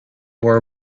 wore